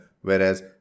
whereas